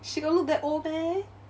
she got look that old meh